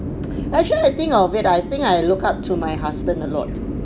actually I think of it I think I look up to my husband a lot